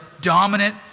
dominant